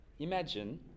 Imagine